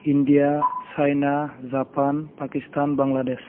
India China Japan Pakistan Bangladesh